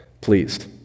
pleased